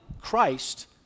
Christ